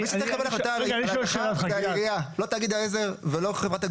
של החייבים ולכן צריך להגן על סודיות המידע ונדרשת הוראת חיקוק